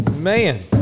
Man